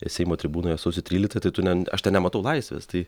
seimo tribūnoje sausio tryliktą tai tu ne aš ten nematau laisvės tai